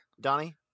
Donnie